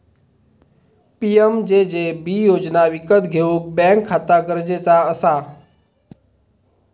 PMJJB योजना विकत घेऊक बॅन्क खाता गरजेचा असा